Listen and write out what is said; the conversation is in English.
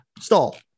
Stall